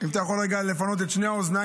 אם אתה יכול להפנות רגע את שתי האוזניים,